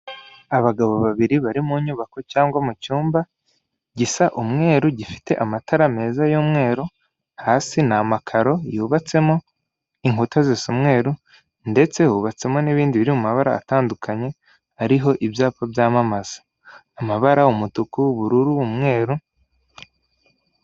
Abagabo babiri bari mu nyubako cyangwa mucyumba gisa umweru gifite amatara meza y'umweru hasi namakaro yubatsemo inkuta zisa mweru ndetse hubatsemo n'ibindi biri mu mabara atandukanye ariho ibyapa byamamaza amabara umutuku, ubururu, umweru.